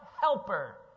helper